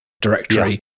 directory